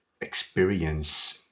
experience